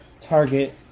Target